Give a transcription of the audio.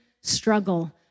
struggle